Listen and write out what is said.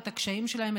את הקשיים שלהן,